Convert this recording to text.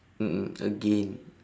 mm mm again